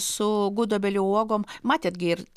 su gudobelių uogom matėte gi ir